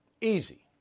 Easy